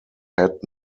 had